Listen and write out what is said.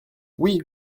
oui